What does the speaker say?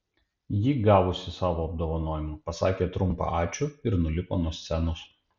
ji gavusi savo apdovanojimą pasakė trumpą ačiū ir nulipo nuo scenos